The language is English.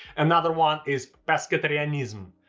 another one is pescetarianism.